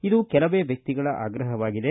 ಇದು ಕೆಲವೇ ವ್ಯಕ್ತಿಗಳ ಆಗ್ರಹವಾಗಿದೆ